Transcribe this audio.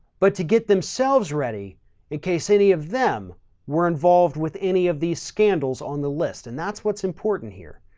but to get themselves ready in case any of them were involved with any of these scandals on the list. and that's what's important here.